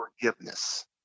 forgiveness